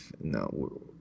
No